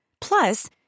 Plus